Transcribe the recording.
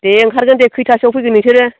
दे ओंखारगोन दे खैथासोआव फैगोन नोंसोरो